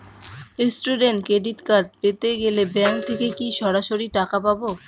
Student credit card পেতে গেলে bank থেকে কি সরাসরি টাকা পাবো?